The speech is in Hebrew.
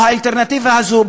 או האלטרנטיבה הזו,